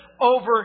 Over